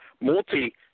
multi